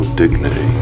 dignity